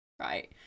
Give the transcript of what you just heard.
right